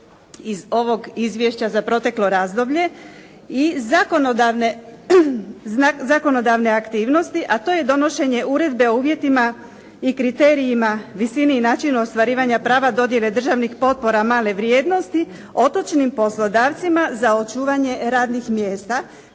iz ovog izvješća za proteklo razdoblje i zakonodavne aktivnosti, a to je donošenje Uredbe o uvjetima i kriterijima, visini i načinu ostvarivanja prava dodjele državnih potpora male vrijednosti otočnim poslodavcima za očuvanje radnih mjesta,